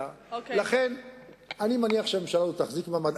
לכן אני מניח שהממשלה הזאת תחזיק מעמד,